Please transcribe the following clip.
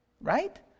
Right